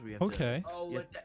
okay